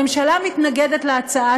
הממשלה מתנגדת להצעה,